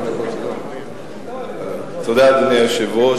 אדוני היושב-ראש,